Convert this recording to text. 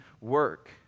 work